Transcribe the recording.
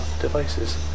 devices